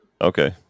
Okay